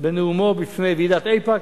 בנאומו בפני ועידת איפא"ק.